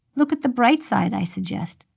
look at the bright side, i suggest.